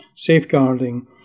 Safeguarding